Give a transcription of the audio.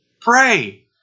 Pray